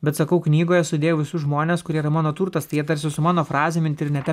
bet sakau knygoje sudėjau visus žmones kurie yra mano turtas tie jie tarsi su mano frazėm internete